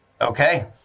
Okay